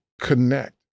connect